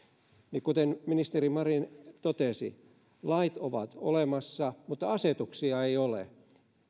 kuten ministeri marin totesi lait ovat olemassa mutta asetuksia ei ole